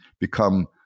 become